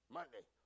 Monday